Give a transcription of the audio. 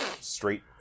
straight